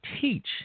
teach